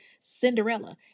Cinderella